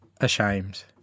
ashamed